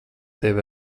tev